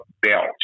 belt